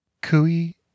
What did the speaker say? Cui